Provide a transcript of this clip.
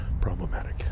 problematic